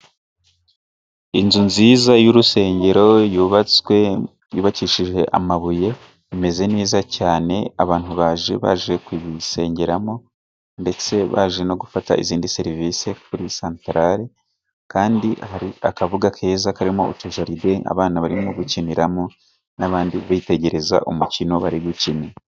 Inzu nziza y'urusengero yubatswe, yubakishije amabuye imeze neza cyane. Abantu baje baje kuyisengeramo ndetse baje no gufata izindi serivisi kuri santarali. Kandi hari akabuga keza karimo utujaride abana barimo gukiniramo, n'abandi bitegereza umukino bari gukina.